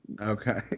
Okay